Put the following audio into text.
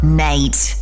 nate